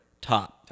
Top